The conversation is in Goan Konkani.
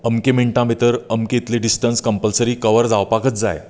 अमकें मिनटां भितर अमकें इतलें डिस्टन्स कंपलसरी कवर जावपाकच जाय